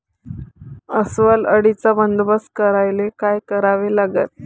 अस्वल अळीचा बंदोबस्त करायले काय करावे लागन?